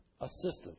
assistance